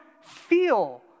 feel